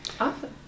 Awesome